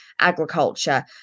agriculture